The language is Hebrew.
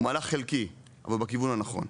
הוא מהלך חלקי אבל בכיוון הנכון.